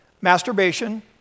Masturbation